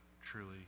truly